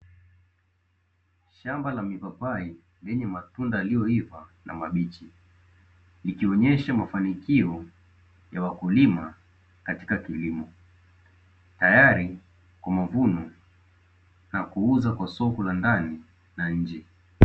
Shamba la mipapai, lenye matunda yaliyoiva na mabichi; ikionyesha mafanikio ya wakulima katika kilimo, tayari kwa mavuno na kuuza kwa soko la ndani na nje.